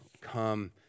come